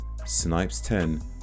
SNIPES10